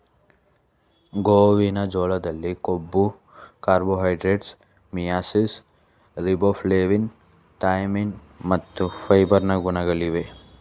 ಗೋವಿನ ಜೋಳದಲ್ಲಿ ಕೊಬ್ಬು, ಕಾರ್ಬೋಹೈಡ್ರೇಟ್ಸ್, ಮಿಯಾಸಿಸ್, ರಿಬೋಫ್ಲಾವಿನ್, ಥಯಾಮಿನ್ ಮತ್ತು ಫೈಬರ್ ನ ಗುಣಗಳಿವೆ